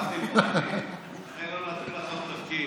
מואטי, הרי לא נתנו לך אף תפקיד.